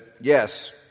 yes